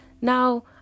Now